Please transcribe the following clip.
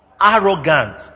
Arrogant